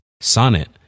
Sonnet